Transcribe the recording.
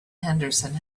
henderson